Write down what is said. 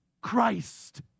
Christ